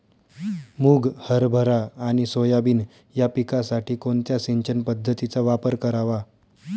मुग, हरभरा आणि सोयाबीन या पिकासाठी कोणत्या सिंचन पद्धतीचा वापर करावा?